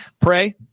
pray